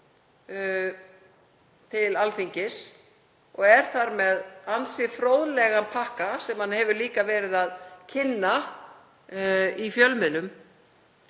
til Alþingis og er þar með ansi fróðlegan pakka sem hann hefur líka verið að kynna í fjölmiðlum.